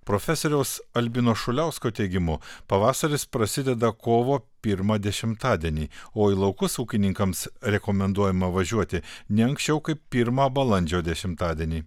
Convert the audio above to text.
profesoriaus albino šuliausko teigimu pavasaris prasideda kovo pirmą dešimtadienį o į laukus ūkininkams rekomenduojama važiuoti ne anksčiau kaip pirmą balandžio dešimtadienį